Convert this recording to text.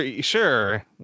Sure